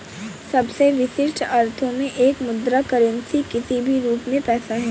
सबसे विशिष्ट अर्थों में एक मुद्रा करेंसी किसी भी रूप में पैसा है